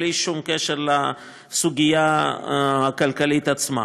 בלי שום קשר לסוגיה הכלכלית עצמה.